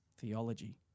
theology